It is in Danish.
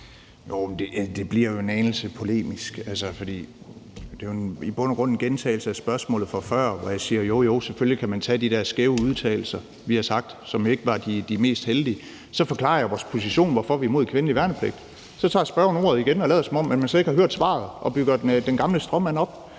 Det bliver jo en anelse polemisk. Det er jo i bund og grund en gentagelse af spørgsmålet fra før, hvor jeg svarer: Jo, jo, selvfølgelig kan man tage de her skæve udtalelser, vi har haft, og som ikke var de mest heldige. Så forklarer jeg vores position, i forhold til hvorfor vi er imod kvindelig værnepligt. Så tager spørgeren ordet igen og lader, som om man slet ikke har hørt svaret, og bygger den gamle stråmand op.